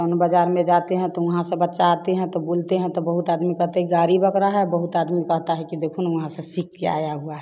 ton बजार में जाते हैं तो वहाँ से बच्चा आते हैं तो बोलते हैं तो बहुत आदमी कहते हैं गाड़ी बक रहा है बहुत आदमी कहता है कि देखो वहाँ से सीख के आया हुआ है